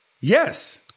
Yes